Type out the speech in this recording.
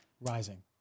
rising